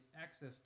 access